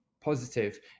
positive